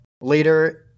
Later